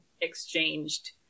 exchanged